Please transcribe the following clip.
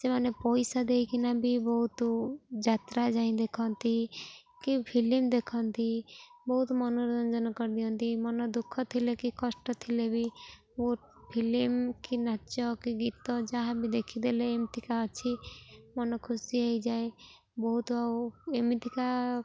ସେମାନେ ପଇସା ଦେଇକିନା ବି ବହୁତ ଯାତ୍ରା ଯାଇଁ ଦେଖନ୍ତି କି ଫିଲିମ ଦେଖନ୍ତି ବହୁତ ମନୋରଞ୍ଜନ କରିଦିଅନ୍ତି ମନ ଦୁଃଖ ଥିଲେ କି କଷ୍ଟ ଥିଲେ ବି ବହୁତ ଫିଲିମ କି ନାଚ କି ଗୀତ ଯାହା ବି ଦେଖିଦେଲେ ଏମିତିକା ଅଛି ମନ ଖୁସି ହେଇଯାଏ ବହୁତ ଆଉ ଏମିତିକା